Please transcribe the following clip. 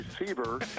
receiver